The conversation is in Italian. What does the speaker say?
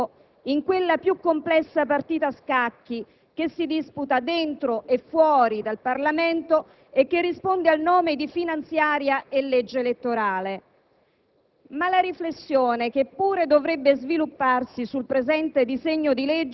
e tanto meno fondamentali, che sono destinate soltanto a prendere tempo in quella più complessa partita a scacchi, che si disputa dentro e fuori dal Parlamento e che risponde al nome di finanziaria e di legge elettorale.